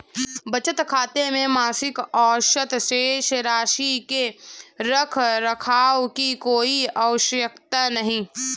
बचत खाते में मासिक औसत शेष राशि के रख रखाव की कोई आवश्यकता नहीं